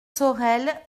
sorel